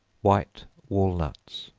white walnuts.